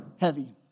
heavy